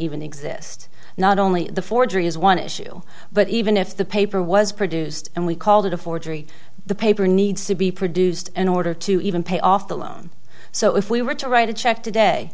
even exist not only the forgery is one issue but even if the paper was produced and we called it a forgery the paper needs to be produced in order to even pay off the loan so if we were to write a check today